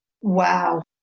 Wow